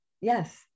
Yes